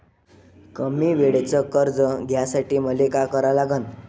कमी वेळेचं कर्ज घ्यासाठी मले का करा लागन?